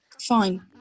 Fine